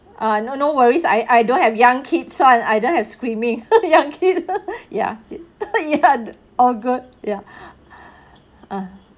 ah no no worries I I don't have young kids one I don't have screaming young kid ya ya all good ya ah